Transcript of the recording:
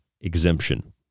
exemption